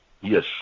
Yes